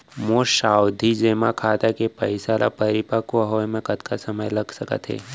मोर सावधि जेमा खाता के पइसा ल परिपक्व होये म कतना समय लग सकत हे?